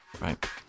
Right